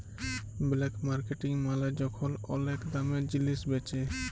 black marketing মালে যখল ওলেক দামে জিলিস বেঁচে